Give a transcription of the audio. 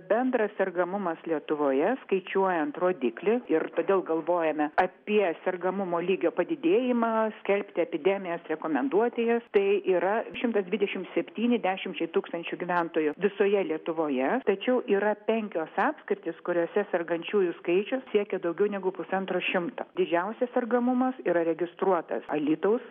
bendras sergamumas lietuvoje skaičiuojant rodiklį ir todėl galvojame apie sergamumo lygio padidėjimą skelbti epidemijas rekomenduoti jas tai yra šimtas dvidešimt septyni dešimčiai tūkstančių gyventojų visoje lietuvoje tačiau yra penkios apskritys kuriose sergančiųjų skaičius siekia daugiau negu pusantro šimto didžiausias sergamumas yra registruotas alytaus